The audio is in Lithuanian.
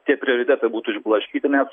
tie prioritetai būtų išblaškyti nes